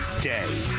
day